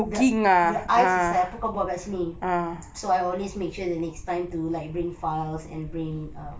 their their eyes is like apa kau buat kat sini so I always make sure the next time to like bring files and bring